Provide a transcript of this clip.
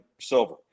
Silver